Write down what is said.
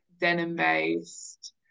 denim-based